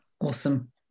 Awesome